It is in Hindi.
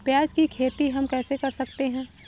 प्याज की खेती हम कैसे कर सकते हैं?